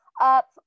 up